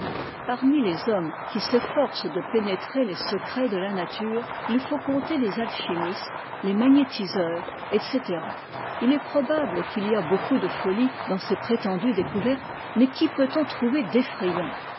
parmi les hommes qui s'efforcent de pénétrer les secrets de la nature il faut compter les alchimistes les magnétiseurs etc il est probable qu'il y a beaucoup de folie dans ces prétendues découvertes mais qu'y peut-on trouver d'effrayant